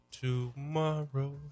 Tomorrow